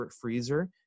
freezer